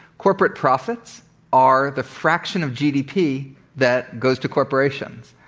corporate profits are the fraction of gdp that goes to corporations.